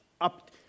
up